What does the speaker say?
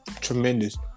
tremendous